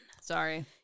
Sorry